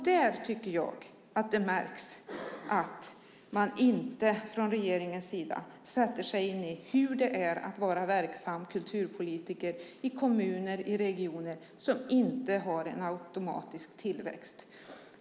Där tycker jag att det märks att man från regeringens sida inte sätter sig in i hur det är att vara verksam kulturpolitiker i kommuner och regioner som inte har en automatisk tillväxt.